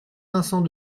vincent